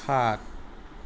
সাত